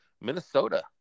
Minnesota